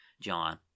John